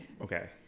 Okay